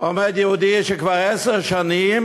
עומד יהודי שכבר עשר שנים